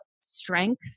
strength